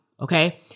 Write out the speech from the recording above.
okay